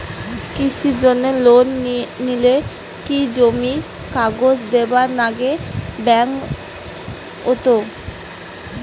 কৃষির জন্যে লোন নিলে কি জমির কাগজ দিবার নাগে ব্যাংক ওত?